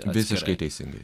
visiškai teisingai